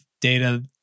data